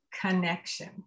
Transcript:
connection